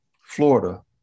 Florida